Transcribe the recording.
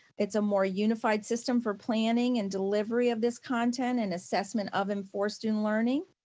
it's a more unified system for planning and delivery of this content and assessment of and for student learning.